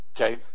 Okay